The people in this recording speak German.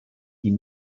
die